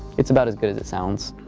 it's about as good as it sounds.